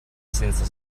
senza